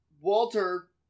Walter